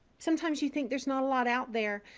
sometimes you think there's not a lot out there.